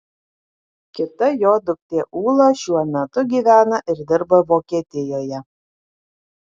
kita jo duktė ūla šiuo metu gyvena ir dirba vokietijoje